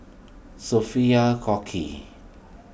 Sophia Cooke